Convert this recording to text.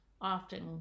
often